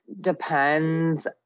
depends